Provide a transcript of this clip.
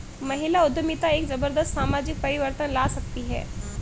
महिला उद्यमिता एक जबरदस्त सामाजिक परिवर्तन ला सकती है